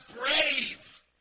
brave